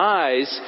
eyes